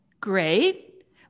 great